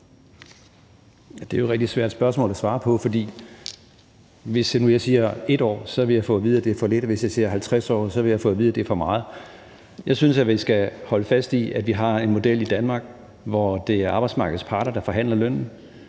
Det er jo rigtig svært spørgsmål at svare på, for hvis nu jeg siger et år, vil jeg få at vide, at det er for lidt, og hvis jeg siger 50 år, vil jeg få at vide, at det er for meget. Jeg synes, vi skal holde fast i, at vi har en model i Danmark, hvor det er arbejdsmarkedets parter, der forhandler lønnen,